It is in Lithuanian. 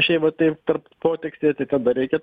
šiaip va taip tarp potekstė tai kada reikia